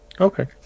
Okay